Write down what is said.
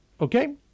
okay